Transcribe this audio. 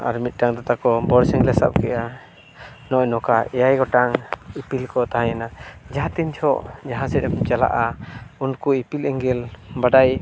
ᱟᱨ ᱢᱤᱫᱴᱟᱝ ᱫᱚ ᱛᱟᱠᱚ ᱵᱚᱲ ᱥᱮᱸᱜᱮᱞᱮ ᱥᱟᱵ ᱠᱮᱜᱼᱟ ᱱᱚᱜᱼᱚᱸᱭ ᱱᱚᱝᱠᱟ ᱮᱭᱟᱭ ᱜᱚᱴᱟᱝ ᱤᱯᱤᱞ ᱠᱚ ᱛᱟᱦᱮᱱᱟ ᱡᱟᱦᱟᱸ ᱛᱤᱱ ᱡᱚᱦᱚᱜ ᱡᱟᱦᱟᱸ ᱥᱮᱫ ᱮᱢ ᱪᱟᱞᱟᱜᱼᱟ ᱩᱱᱠᱩ ᱤᱯᱤᱞ ᱮᱸᱜᱮᱞ ᱵᱟᱰᱟᱭ